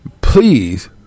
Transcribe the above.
please